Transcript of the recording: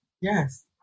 yes